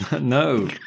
No